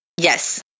Yes